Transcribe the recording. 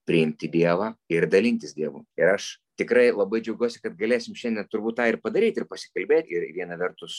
priimti dievą ir dalintis dievu ir aš tikrai labai džiaugiuosi kad galėsim šiandien turbūt tą ir padaryt ir pasikalbėt ir viena vertus